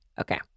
Okay